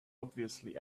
obviously